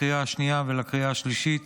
לקריאה השנייה ולקריאה השלישית,